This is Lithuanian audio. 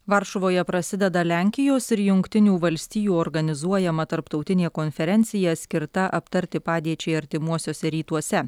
varšuvoje prasideda lenkijos ir jungtinių valstijų organizuojama tarptautinė konferencija skirta aptarti padėčiai artimuosiuose rytuose